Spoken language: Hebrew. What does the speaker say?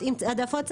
-- העדפות צרכניות,